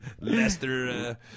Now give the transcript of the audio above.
Lester